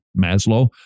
Maslow